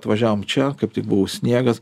atvažiavom čia kaip tik buvo sniegas